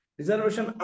reservation